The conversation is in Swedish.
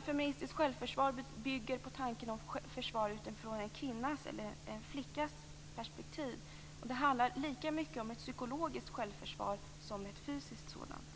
Feministiskt självförsvar bygger på tanken försvar från en kvinnas eller en flickas perspektiv. Det handlar lika mycket om ett psykologiskt självförsvar som ett fysiskt sådant.